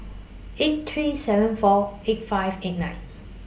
eight three seven four eight five eight nine